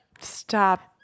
stop